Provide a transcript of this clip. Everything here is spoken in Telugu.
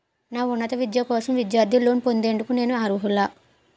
నా ఉన్నత విద్య కోసం విద్యార్థి లోన్ పొందేందుకు నేను అర్హులా?